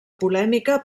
polèmica